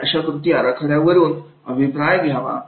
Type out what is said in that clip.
आणि अशा कृतींच्या आराखड्यावरून अभिप्राय घ्यावा